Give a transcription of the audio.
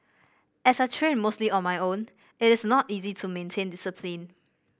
as I train mostly on my own it is not easy to maintain discipline